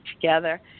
together